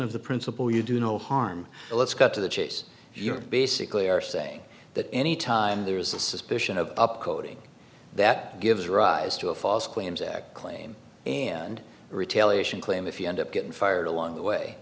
of the principle you do no harm let's cut to the chase you basically are saying that any time there is a suspicion of up coding that gives rise to a false claims act claim and retail ation claim if you end up getting fired along the way